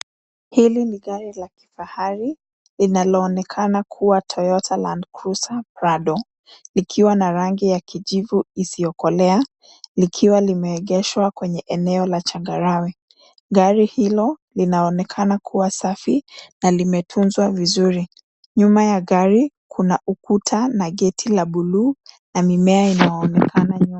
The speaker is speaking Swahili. Hili ni gari la kifahari Iinayoonekana kuwa Toyota Land Cruiser Prado likiwa na rangi ya kijivu isiyokolea likiwa limeegeshwa kwenye eneo la changarawe. Gari hilo linaonekana kuwa safi na limetunzwa vizuri. Nyuma ya gari kuna ukuta na geti la buluu na mimea inayoonekana nyuma.